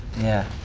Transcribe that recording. yeah.